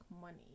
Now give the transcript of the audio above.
money